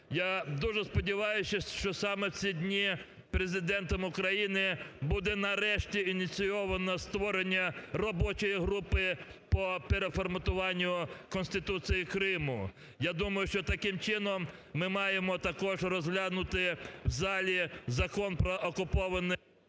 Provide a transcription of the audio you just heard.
Я дуже сподіваюся, що саме в ці дні Президентом України буде нарешті ініційовано створення робочої групи по переформатуванню Конституції Криму. Я думаю, що таким чином ми маємо також розглянути в залі Закон про окуповані...